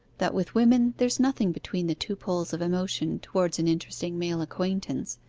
that with women there's nothing between the two poles of emotion towards an interesting male acquaintance.